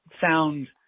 sound